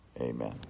amen